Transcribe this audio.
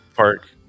Park